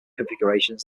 configurations